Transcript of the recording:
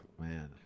man